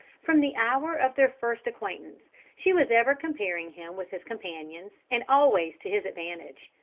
from the hour of their first acquaintance, she was ever comparing him with his companions, and always to his advantage.